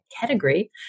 category